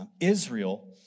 Israel